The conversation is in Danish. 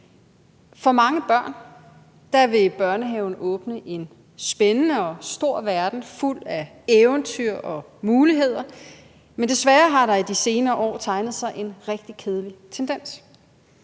For mange børn vil børnehaven åbne en spændende og stor verden fuld af eventyr og muligheder, men desværre har der i de senere år tegnet sig en rigtig kedelig tendens.